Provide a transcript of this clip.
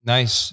Nice